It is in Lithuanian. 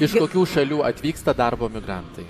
iš kokių šalių atvyksta darbo migrantai